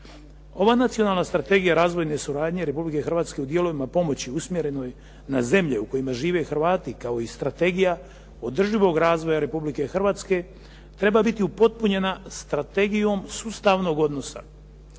Ova Nacionalna strategija razvojne suradnje Republike Hrvatske u dijelovima pomoći usmjerenoj na zemlje u kojima žive Hrvati, kao i strategija održivog razvoja Republike Hrvatske, treba biti upotpunjena Strategijom sustavnog odnosa